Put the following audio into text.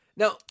Now